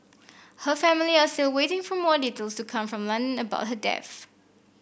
her family are still waiting for more details to come from London about her death